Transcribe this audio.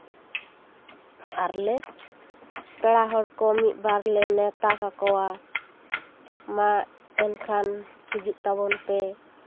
ᱟᱨᱞᱮ ᱯᱮᱲᱟ ᱦᱚᱲ ᱠᱚ ᱢᱤᱫ ᱵᱟᱨ ᱞᱮ ᱱᱮᱣᱛᱟ ᱠᱟᱠᱚᱣᱟ ᱢᱟ ᱮᱱᱠᱷᱟᱱ ᱦᱤᱡᱩᱜ ᱛᱟᱵᱚᱱ ᱯᱮ